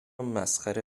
مسخره